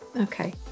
okay